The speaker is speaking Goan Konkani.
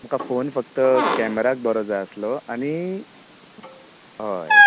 म्हाका फोन फक्त कॅमेराक बरो जाय आसलो आनी हय